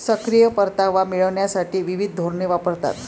सक्रिय परतावा मिळविण्यासाठी विविध धोरणे वापरतात